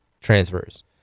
transfers